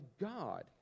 God